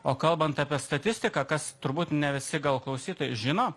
o kalbant apie statistiką kas turbūt ne visi gal klausytojai žino